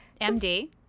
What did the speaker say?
md